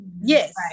yes